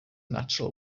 natural